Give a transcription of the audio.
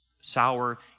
sour